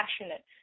passionate